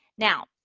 now,